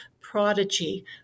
prodigy